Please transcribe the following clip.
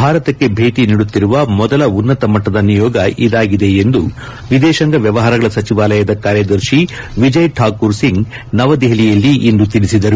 ಭಾರತಕ್ಕೆ ಭೇಟಿ ನೀಡುತ್ತಿರುವ ಮೊದಲ ಉನ್ನತ ಮಟ್ಟದ ನಿಯೋಗ ಇದಾಗಿದೆ ಎಂದು ವಿದೇತಾಂಗ ವ್ಯವಹಾರಗಳ ಸಚಿವಾಲಯದ ಕಾರ್ಯದರ್ಶಿ ವಿಜಯ್ ಠಾಕೂರ್ ಸಿಂಗ್ ನವದೆಪಲಿಯಲ್ಲಿಂದು ತಿಳಿಸಿದರು